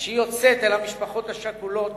נפשי יוצאת אל המשפחות השכולות